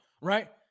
right